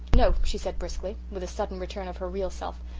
no, she said briskly, with a sudden return of her real self.